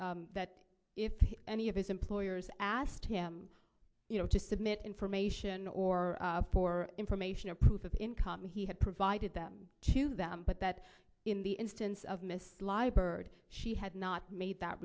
that that if any of his employers asked him you know to submit information or for information or proof of income he had provided them to them but that in the instance of miss leibert she had not made that